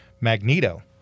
Magneto